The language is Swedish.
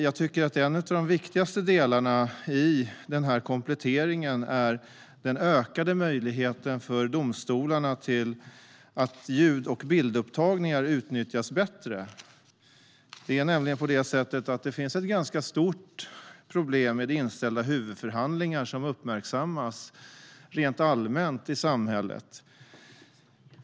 Jag tycker att en av de viktigaste delarna i denna komplettering är den ökade möjligheten för domstolarna att utnyttja ljud och bildupptagningar bättre. Det finns nämligen ett ganska stort problem med inställda huvudförhandlingar som uppmärksammas rent allmänt i samhället.